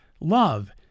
love